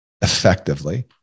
effectively